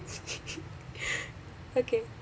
okay